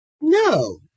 no